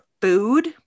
food